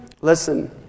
Listen